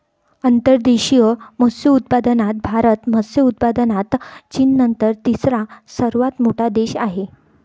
अंतर्देशीय मत्स्योत्पादनात भारत मत्स्य उत्पादनात चीननंतर तिसरा सर्वात मोठा देश आहे